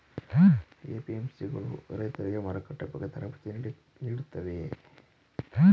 APMC ಗಳು ರೈತರಿಗೆ ಮಾರುಕಟ್ಟೆ ಬಗ್ಗೆ ತರಬೇತಿ ನೀಡುತ್ತವೆಯೇ?